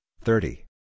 thirty